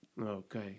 Okay